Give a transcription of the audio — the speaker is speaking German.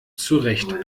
zurecht